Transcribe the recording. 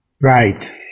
Right